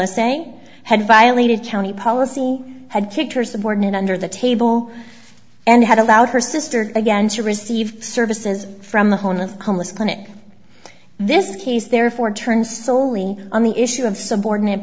saying had violated county policy had kicked her subordinate under the table and had allowed her sister again to receive services from the home of the homeless clinic this case therefore turns solely on the issue of subordinate